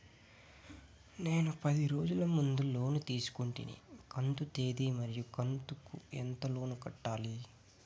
నేను పది రోజుల ముందు లోను తీసుకొంటిని కంతు తేది మరియు కంతు కు ఎంత లోను కట్టాలి?